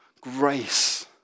grace